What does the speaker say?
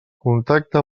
contacta